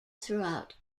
throughout